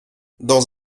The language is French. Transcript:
dans